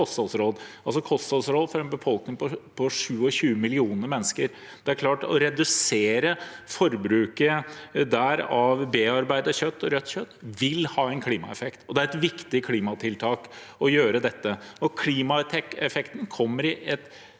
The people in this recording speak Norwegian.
for en befolkning på 27 millioner mennesker. Det er klart at å redusere forbruket av bearbeidet kjøtt og rødt kjøtt her vil ha en klimaeffekt. Det er et viktig klimatiltak å gjøre dette. Klimaeffekten kommer i et